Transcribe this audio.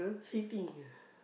sitting